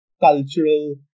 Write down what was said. cultural